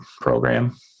program